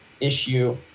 issue